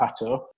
Pato